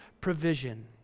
provision